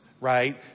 right